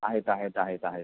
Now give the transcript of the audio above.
आहेत आहेत आहेत आहेत